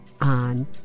on